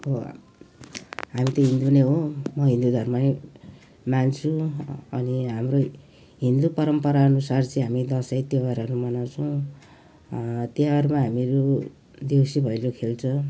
अब हामी त हिन्दू नै हो म हिन्दू धर्म नै मान्छु अनि हाम्रै हिन्दू परम्परा अनुसार चाहिँ हामी दसैँ तिहारहरू मनाउँछौँ तिहारमा हामीहरू देउसी भैलो खेल्छ